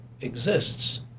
exists